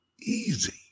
easy